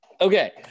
Okay